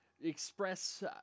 express